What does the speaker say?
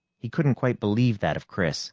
he couldn't quite believe that of chris